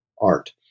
art